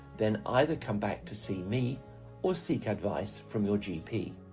then either come back to see me or seek advice from your gp